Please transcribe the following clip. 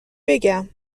بگم